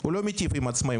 הוא לא מיטיב עם עצמאים.